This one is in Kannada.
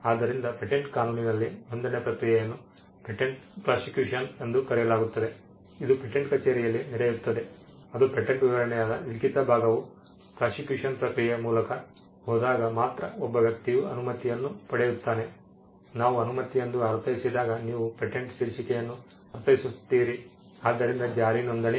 ಆದ್ದರಿಂದ ಪೇಟೆಂಟ್ ಕಾನೂನಿನಲ್ಲಿ ನೋಂದಣಿ ಪ್ರಕ್ರಿಯೆಯನ್ನು ಪೇಟೆಂಟ್ ಪ್ರಾಸಿಕ್ಯೂಷನ್ ಎಂದು ಕರೆಯಲಾಗುತ್ತದೆ ಇದು ಪೇಟೆಂಟ್ ಕಚೇರಿಯಲ್ಲಿ ನಡೆಯುತ್ತದೆ ಅದು ಪೇಟೆಂಟ್ ವಿವರಣೆಯಾದ ಲಿಖಿತ ಭಾಗವು ಪ್ರಾಸಿಕ್ಯೂಷನ್ ಪ್ರಕ್ರಿಯೆಯ ಮೂಲಕ ಹೋದಾಗ ಮಾತ್ರ ಒಬ್ಬ ವ್ಯಕ್ತಿಯು ಅನುಮತಿಯನ್ನು ಪಡೆಯುತ್ತಾನೆ ನಾವು ಅನುಮತಿ ಎಂದು ಅರ್ಥೈಸಿದಾಗ ನೀವು ಪೇಟೆಂಟ್ ಶೀರ್ಷಿಕೆಯನ್ನು ಅರ್ಥೈಸುತ್ತೀರಿ ಆದ್ದರಿಂದ ಜಾರಿ ನೋಂದಣಿ